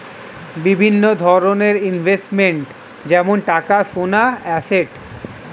বিভিন্ন ধরনের ইনভেস্টমেন্ট যেমন টাকা, সোনা, অ্যাসেট